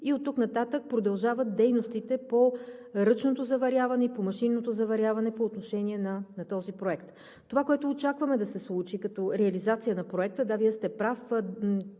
и оттук нататък продължават дейностите по ръчното и по машинното заваряване по отношение на този проект. Това, което очакваме да се случи като реализация на проекта, да, Вие сте прав,